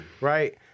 Right